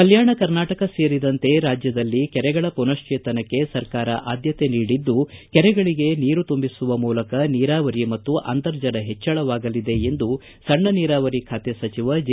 ಕಲ್ಟಾಣ ಕರ್ನಾಟಕ ಸೇರಿದಂತೆ ರಾಜ್ದದಲ್ಲಿ ಕೆರೆಗಳ ಪುನಶ್ವೇತನಕ್ಕೆ ಸರ್ಕಾರ ಆದ್ದತೆ ನೀಡಿದ್ದು ಕೆರೆಗಳಿಗೆ ನೀರು ತುಂಬಿಸುವ ಮೂಲಕ ನೀರಾವರಿ ಮತ್ತು ಅಂತರ್ಜಲ ಹೆಚ್ಚಳವಾಗಲಿದೆ ಎಂದು ಸಣ್ಣ ನೀರಾವರಿ ಖಾತೆ ಸಚಿವ ಜೆ